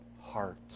heart